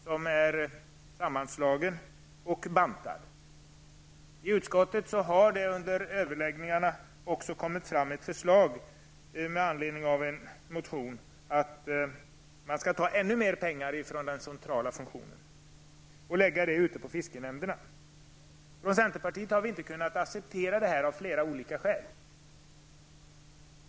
Den är sammanslagen och bantad. I utskottet har under överläggningarna kommit fram ett förslag med anledning av en motion att man skall ta ännu mer pengar från den centrala funktionen. Från centerpartiet har vi inte kunnat acceptera det, av flera olika skäl.